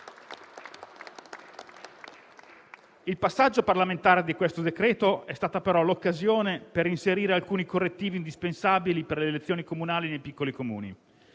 Il passaggio parlamentare di questo decreto è stata però l'occasione per inserire alcuni correttivi indispensabili per le elezioni comunali nei piccoli Comuni.